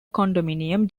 condominium